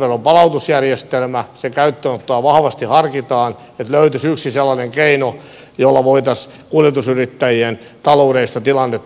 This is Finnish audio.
veron palautusjärjestelmän käyttöönotosta vahvasti harkitaan niin että löytyisi yksi sellainen keino jolla voitaisiin kuljetusyrittäjien taloudellista tilannetta helpottaa